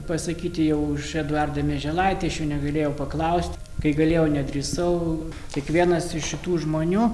pasakyti jau šį eduardą mieželaitį aš jų negalėjau paklausti kai galėjau nedrįsau tik vienas iš šitų žmonių